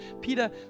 Peter